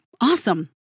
Awesome